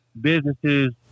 businesses